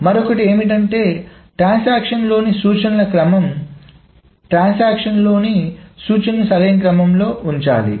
మరొకటి ఏమిటంటే ట్రాన్సాక్షన్ లోని సూచనల క్రమం కాబట్టి ట్రాన్సాక్షన్లలోని సూచనలను సరైన క్రమంలో ఉంచాలి